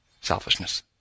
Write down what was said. selfishness